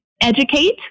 educate